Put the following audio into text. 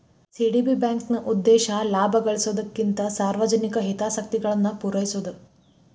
CDB ಬ್ಯಾಂಕ್ನ ಉದ್ದೇಶ ಲಾಭ ಗಳಿಸೊದಕ್ಕಿಂತ ಸಾರ್ವಜನಿಕ ಹಿತಾಸಕ್ತಿಗಳನ್ನ ಪೂರೈಸೊದು